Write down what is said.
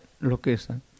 location